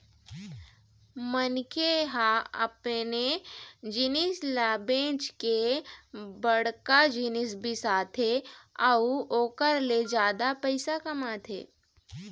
मनखे ह अपने जिनिस ल बेंच के बड़का जिनिस बिसाथे अउ ओखर ले जादा पइसा कमाथे